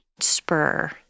spur